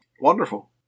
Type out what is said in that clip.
Wonderful